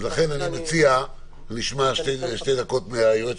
ולכן אני מציע שנשמע שתי דקות מהיועץ